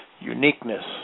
uniqueness